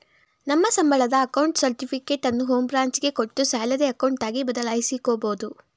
ನಮ್ಮ ಸಂಬಳದ ಅಕೌಂಟ್ ಸರ್ಟಿಫಿಕೇಟನ್ನು ಹೋಂ ಬ್ರಾಂಚ್ ಗೆ ಕೊಟ್ಟು ಸ್ಯಾಲರಿ ಅಕೌಂಟ್ ಆಗಿ ಬದಲಾಯಿಸಿಕೊಬೋದು